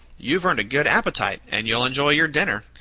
you've earned a good appetite, and you'll enjoy your dinner.